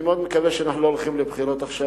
אני מאוד מקווה שאנחנו לא הולכים לבחירות עכשיו,